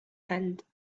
hand